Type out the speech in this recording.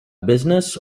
business